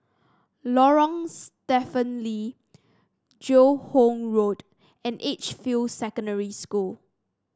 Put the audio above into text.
Lorong Stephen Lee Joo Hong Road and Edgefield Secondary School